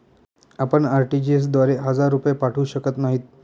आपण आर.टी.जी.एस द्वारे हजार रुपये पाठवू शकत नाही